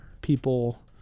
people